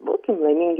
būkim laimingi